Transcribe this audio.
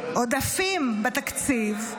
עודפים בתקציב,